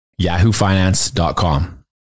yahoofinance.com